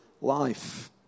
life